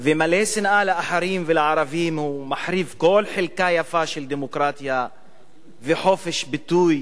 ומלא שנאה לאחרים ולערבים ומחריב כל חלקה יפה של דמוקרטיה וחופש ביטוי,